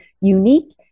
unique